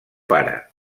pare